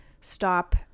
stop